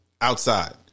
outside